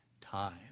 time